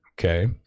Okay